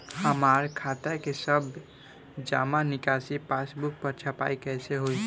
हमार खाता के सब जमा निकासी पासबुक पर छपाई कैसे होई?